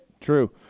True